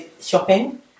shopping